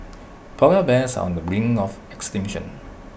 Polar Bears on the brink of extinction